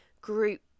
group